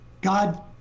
God